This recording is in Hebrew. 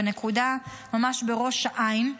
בנקודה שהיא ממש בראש העין,